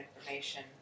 information